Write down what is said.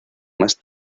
más